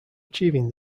achieving